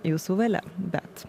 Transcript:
jūsų valia bet